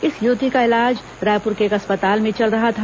इस युवती का इलाज रायपुर के एक अस्पताल में चल रहा था